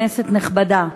כנסת נכבדה,